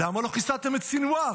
למה לא חיסלתם את סנוואר?